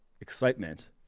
excitement